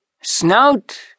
Snout